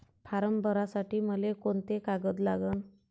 Form भरासाठी मले कोंते कागद लागन?